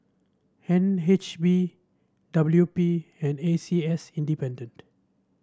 N H B W P and A C S Independent